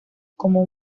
como